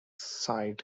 sight